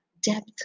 Depth